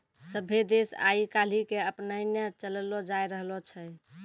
सभ्भे देश आइ काल्हि के अपनैने चललो जाय रहलो छै